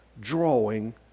drawing